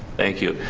thank you,